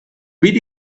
beat